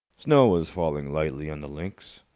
snow was falling lightly on the links.